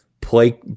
play